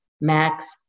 Max